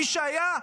מי שהיה,